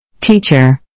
Teacher